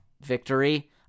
victory